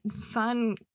fun